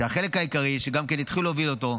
והחלק העיקרי שהתחילו להוביל אותו,